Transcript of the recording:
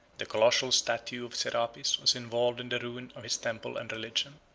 the colossal statue of serapis was involved in the ruin of his temple and religion.